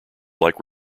like